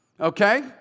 okay